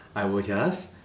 I will just